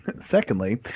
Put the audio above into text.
secondly